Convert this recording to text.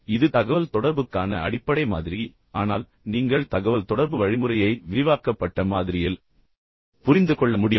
எனவே இது தகவல்தொடர்புக்கான அடிப்படை மாதிரி ஆனால் நீங்கள் தகவல் தொடர்பு வழிமுறையை விரிவாக்கப்பட்ட மாதிரியில் புரிந்து கொள்ள முடியும்